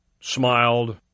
smiled